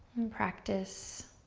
and practice